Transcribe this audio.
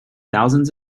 thousands